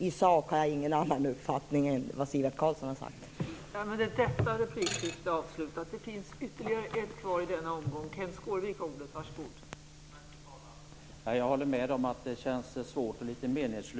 I sak har jag ingen annan uppfattning än den som Sivert Carlsson har fört fram.